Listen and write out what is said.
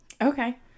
Okay